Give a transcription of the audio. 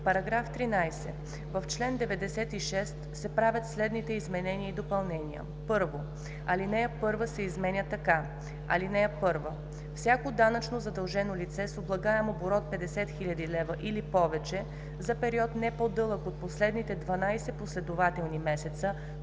„§ 13. В чл. 96 се правят следните изменения и допълнения: „1. Алинея 1 се изменя така: „(1) Всяко данъчно задължено лице с облагаем оборот 50 000 лв. или повече за период не по-дълъг от последните 12 последователни месеца